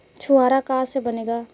छुआरा का से बनेगा?